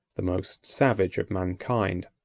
the most savage of mankind.